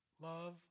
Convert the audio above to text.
Love